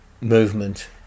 movement